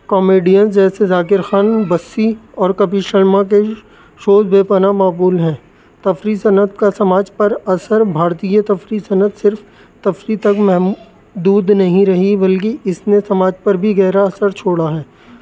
comedians جیسے ذاکر خان بسی اور کپل شرما کے شوز بے پناہ مقبول ہیں تفریح صنعت کا سماج پر اثر بھارتیہ تفریح صنعت صرف تفریح تک محدود نہیں رہی بلکہ اس نے سماج پر بھی گہرا اثر چھوڑا ہے